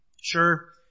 Sure